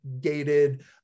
gated